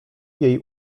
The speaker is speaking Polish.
jej